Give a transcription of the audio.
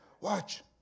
Watch